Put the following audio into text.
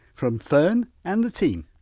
from fern and the team,